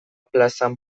plazan